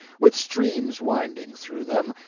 with streams winding through them,